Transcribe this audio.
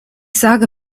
sage